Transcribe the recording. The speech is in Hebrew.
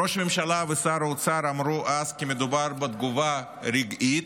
ראש הממשלה ושר האוצר אמרו אז כי מדובר בתגובה רגעית,